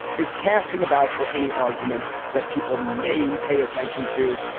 is casting about for any argument that people may pay attention to.